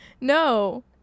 No